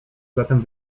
zatem